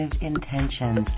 intentions